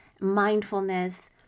mindfulness